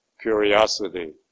curiosity